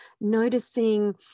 Noticing